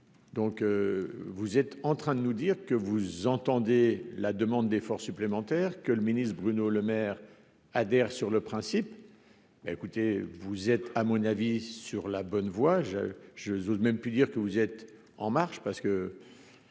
donc vous êtes en train de nous dire que vous entendez la demande d'effort supplémentaire que le ministre Bruno Lemaire adhère sur le principe, bah écoutez, vous êtes à mon avis sur la bonne voie, j'je j'ose même plus dire que vous êtes en marche parce que